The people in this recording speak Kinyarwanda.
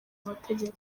amategeko